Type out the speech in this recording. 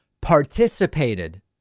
participated